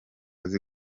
azi